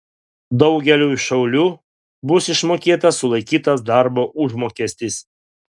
daugeliui šaulių bus išmokėtas sulaikytas darbo užmokestis